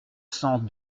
cent